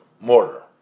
mortar